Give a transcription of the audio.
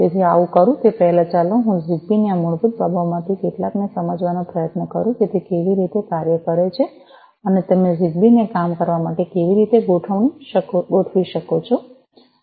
તેથી હું આવું કરું તે પહેલાં ચાલો હું જીગબી ની આ મૂળભૂત બાબતોમાંથી કેટલાકને સમજવાનો પ્રયત્ન કરું કે તે કેવી રીતે કાર્ય કરે છે અને તમે જીગબી ને કામ કરવા માટે કેવી રીતે ગોઠવી શકો છો